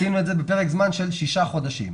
עשינו את זה בפרק זמן של שישה חודשים.